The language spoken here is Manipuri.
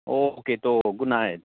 okay to good night